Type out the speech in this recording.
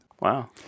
Wow